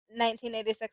1986